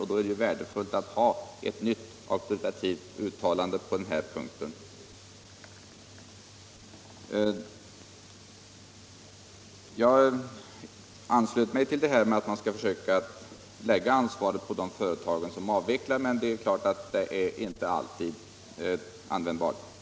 Därför är det värdefullt att ha ett nytt och auktoritativt uttalande på den här punkten att hänvisa till. Jag ansluter mig till uppfattningen att man skall lägga ansvaret för sysselsättningen på de företag som avvecklar sin verksamhet, men det är klart att den principen inte alltid kan tillämpas.